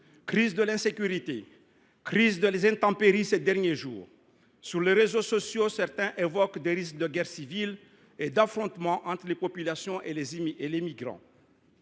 crise de l’insécurité, crise liée aux intempéries ces derniers jours… Sur les réseaux sociaux, certains évoquent des risques de guerre civile et d’affrontements entre la population et les migrants.